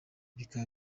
bikaba